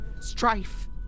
Strife